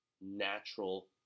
natural